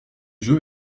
jeux